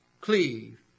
Cleave